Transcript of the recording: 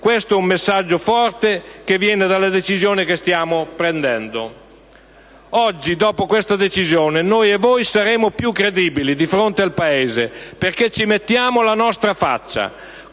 farlo. È un messaggio forte, quello che viene dalla decisione che stiamo prendendo. Oggi, dopo questa decisione, noi e voi saremo più credibili di fronte al Paese, perché ci mettiamo la nostra faccia,